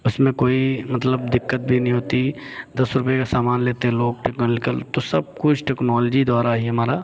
इसमें कोई मतलब दिक्कत भी नहीं होती दस रुपए का सामान लेते हैं लोग टेक्नोलॉजी तो सब कुछ टेक्नोलॉजी द्वारा ही हमारा